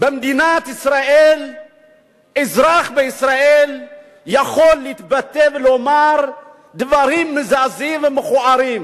שבמדינת ישראל אזרח בישראל יכול להתבטא ולומר דברים מזעזעים ומכוערים.